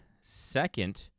second